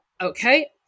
Okay